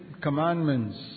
commandments